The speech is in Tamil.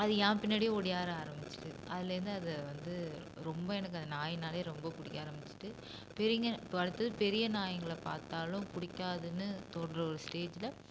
அது என் பின்னாடியே ஓடிவர ஆரமிச்சிட்டுது அதுலேருந்து அதை வந்து ரொம்ப எனக்கு அந்த நாய்னாலே ரொம்ப பிடிக்க ஆரமிச்சிட்டுது பெரிங்க இப்போ அடுத்தது பெரிய நாயிங்களை பார்த்தாலும் பிடிக்காதுன்னு தோணுற ஒரு ஸ்டேஜில்